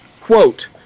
Quote